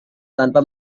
tanpa